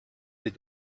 des